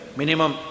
minimum